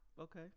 Okay